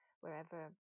wherever